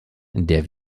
der